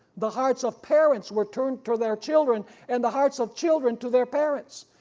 the hearts of parents were turned to their children, and the hearts of children to their parents.